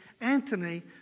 Anthony